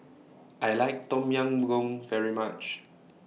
I like Tom Yam Goong very much